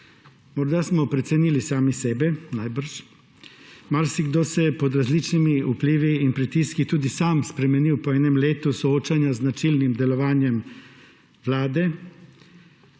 Morda smo precenili sami sebe, najbrž. Marsikdo se je pod različnimi vplivi in pritiski tudi sam spremenil po enem letu soočanja z značilnim delovanjem vlade.